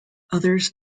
others